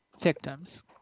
victims